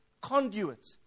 conduit